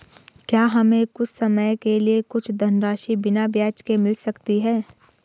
क्या हमें कुछ समय के लिए कुछ धनराशि बिना ब्याज के मिल सकती है?